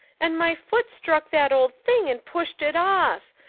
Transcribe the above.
and my foot struck that old thing and pushed it off.